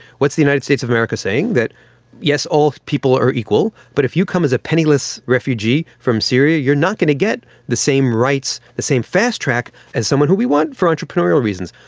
what's the united states of america saying? that yes, all people are equal, but if you come as a penniless refugee from syria, you are not going to get the same rights, the same fast track as someone who we want for entrepreneurial reasons.